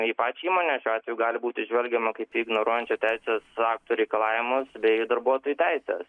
į pačią įmonę šiuo atveju gali būti žvelgiama kaip į ignoruojančią teisės aktų reikalavimus bei darbuotojų teises